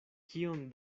kion